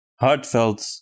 heartfelt